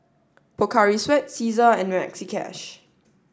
Pocari Sweat Cesar and Maxi Cash